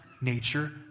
nature